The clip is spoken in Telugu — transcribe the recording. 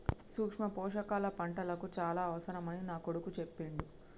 సూక్ష్మ పోషకాల పంటలకు చాల అవసరమని నా కొడుకు చెప్పిండు